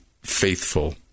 faithful